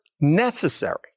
necessary